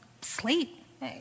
sleep